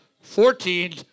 Fourteen